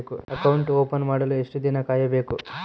Account open ಮಾಡಲು ಎಷ್ಟು ದಿನ ಕಾಯಬೇಕು?